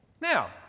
Now